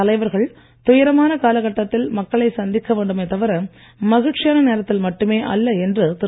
தலைவர்கள் துயரமான காலகட்டத்தில் மக்களை சந்திக்க வேண்டுமே தவிர மகிழ்ச்சியான நேரத்தில் மட்டுமே அல்ல என்று திரு